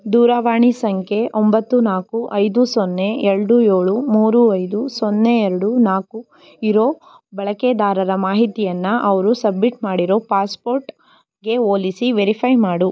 ದೂರವಾಣಿ ಸಂಖ್ಯೆ ಒಂಬತ್ತು ನಾಲ್ಕು ಐದು ಸೊನ್ನೆ ಎರಡು ಏಳು ಮೂರು ಐದು ಸೊನ್ನೆ ಎರಡು ನಾಲ್ಕು ಇರೋ ಬಳಕೆದಾರರ ಮಾಹಿತಿಯನ್ನು ಅವರು ಸಬ್ಮಿಟ್ ಮಾಡಿರೋ ಪಾಸ್ಪೋರ್ಟ್ಗೆ ಹೋಲಿಸಿ ವೆರಿಫೈ ಮಾಡು